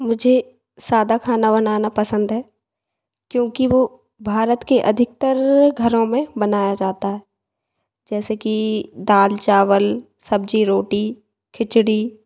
मुझे सादा खाना बनाना पसंद है क्योंकि वो भारत के अधिकतर घरो में बनाया जाता है जैसे कि दाल चावल सब्ज़ी रोटी खिचड़ी